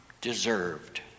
deserved